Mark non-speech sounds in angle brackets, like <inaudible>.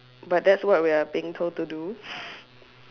but that's what we are being told to do <noise>